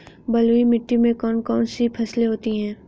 बलुई मिट्टी में कौन कौन सी फसलें होती हैं?